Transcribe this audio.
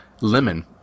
lemon